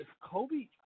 Kobe